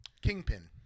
Kingpin